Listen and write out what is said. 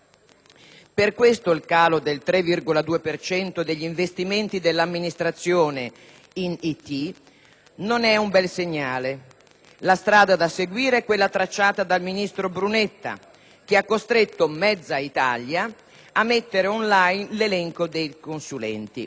Per questo il calo del 3,2 per cento degli investimenti dell'amministrazione in *Investment Technology* non è un bel segnale. La strada da seguire è quella tracciata dal ministro Brunetta, che ha costretto mezza Italia a mettere *on line* l'elenco dei consulenti.